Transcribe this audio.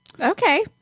Okay